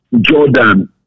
jordan